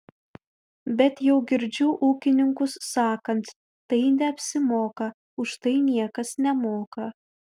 bet jau girdžiu ūkininkus sakant tai neapsimoka už tai niekas nemoka